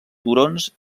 turons